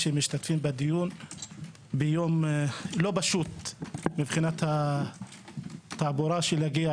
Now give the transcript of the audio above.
שמשתתפים בדיון ביום לא פשוט מבחינת התעבורה של להגיע